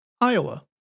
Iowa